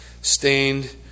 stained